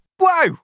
Wow